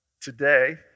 today